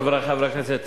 חברי חברי הכנסת,